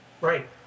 Right